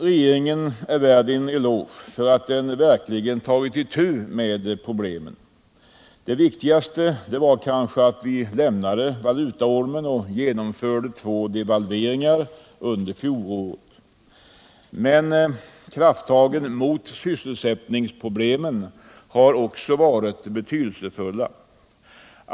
Regeringen skall ha en eloge för att den verkligen tagit itu med problemen. Det viktigaste var kanske att vi lämnade valutaormen och genomförde två devalveringar under fjolåret. Men krafttagen mot sysselsättningsproblemen har också varit betydelsefulla.